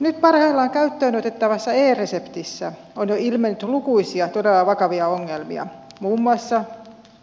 nyt parhaillaan käyttöönotettavassa e reseptissä on jo ilmennyt lukuisia todella vakavia ongelmia muun muassa